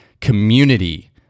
community